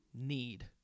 need